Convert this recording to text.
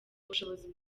ubushobozi